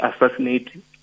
assassinate